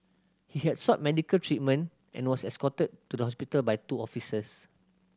he had sought medical treatment and was escorted to the hospital by two officers